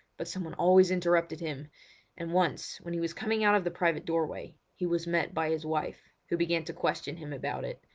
but someone always interrupted him and once, when he was coming out of the private doorway, he was met by his wife, who began to question him about it,